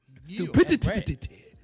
stupidity